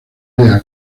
rodea